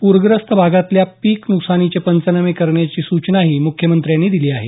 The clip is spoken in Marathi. प्रग्रस्त भागातल्या पीक न्कसानाचे पंचनामे करण्याची सूचनाही मुख्यमंत्र्यांनी दिली आहे